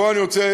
ופה אני רוצה,